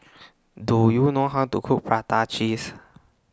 Do YOU know How to Cook Prata Cheese